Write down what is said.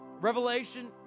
Revelation